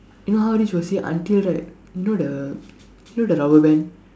you know how rich was he until right you know the you know the rubber band